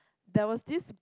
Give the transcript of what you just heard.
there was this